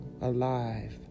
alive